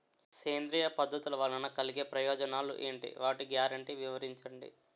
సేంద్రీయ పద్ధతుల వలన కలిగే ప్రయోజనాలు ఎంటి? వాటి గ్యారంటీ వివరించండి?